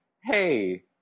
hey